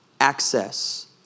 Access